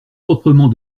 proprement